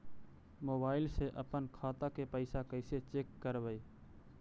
Mobile से अपन खाता के पैसा कैसे चेक करबई?